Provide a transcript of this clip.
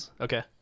Okay